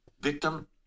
victim